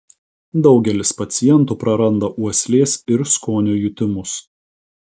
daugelis pacientų prarandą uoslės ir skonio jutimus